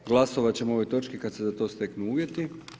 Glasovati ćemo o ovoj točki kada se za to steknu uvjeti.